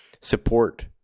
support